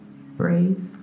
Brave